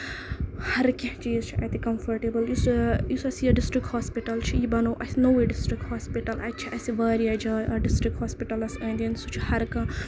ہر کیٚنہہ چیٖز چھُ اَتہِ کَمفٲرٹیبٔل یُس یہِ یُس اَسہِ یہِ ڈِسٹرک ہوسپِٹل چھُ یہِ بَنوو اَسہِ نوٚوٕے ڈِسٹرک ہوسپِٹل اَتہِ چھےٚ اَسہِ واریاہ جاے اَتھ ڈِسٹرک ہوسپِٹلَس أندۍ أندۍ سُہ چھُ ہر کانہہ